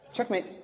Checkmate